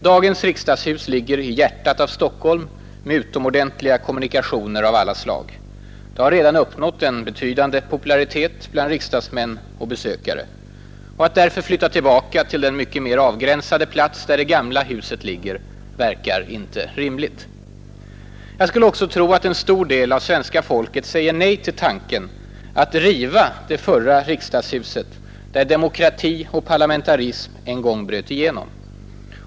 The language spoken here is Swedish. Dagens riksdagshus ligger i hjärtat av Stockholm, med utomordentliga kommunikationer av alla slag. Det har redan uppnått en betydande popularitet bland riksdagsmän och besökare. Att därför flytta tillbaka till den mycket mer avgränsade plats där det gamla huset ligger verkar inte rimligt. Jag skulle också tro att en stor del av svenska folket säger nej till tanken att riva det förra riksdagshuset där demokrati och parlamentarism i Sverige en gång bröt igenom.